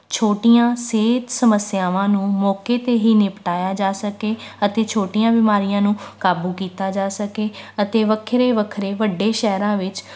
ਛੋਟੀਆਂ ਸਿਹਤ ਸਮੱਸਿਆਵਾਂ ਨੂੰ ਮੌਕੇ 'ਤੇ ਹੀ ਨਿਪਟਾਇਆ ਜਾ ਸਕੇ ਅਤੇ ਛੋਟੀਆਂ ਬਿਮਾਰੀਆਂ ਨੂੰ ਕਾਬੂ ਕੀਤਾ ਜਾ ਸਕੇ ਅਤੇ ਵੱਖਰੇ ਵੱਖਰੇ ਵੱਡੇ ਸ਼ਹਿਰਾਂ ਵਿੱਚ